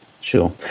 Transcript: Sure